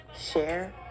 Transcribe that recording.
share